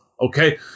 Okay